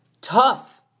Tough